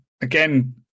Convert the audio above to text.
again